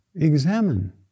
Examine